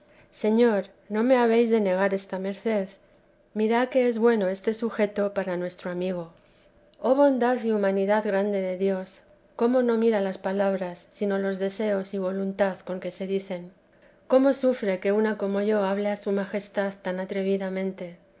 señor no me habéis de negar esta merced mirad que es bueno este sujeto para nuestro amigo oh bondad y humanidad grande de dios cómo no mira las palabras sino los deseos y voluntad con que se dicen cómo sufre que una como yo hable a su majestad tan atrevidamente